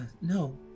No